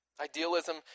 Idealism